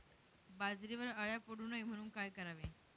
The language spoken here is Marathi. बाजरीवर अळ्या पडू नये म्हणून काय करावे?